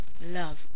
love